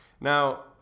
Now